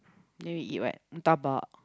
then you eat what dabao